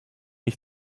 ich